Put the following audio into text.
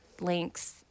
links